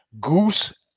Goose